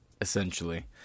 essentially